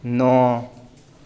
नओ